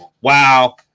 Wow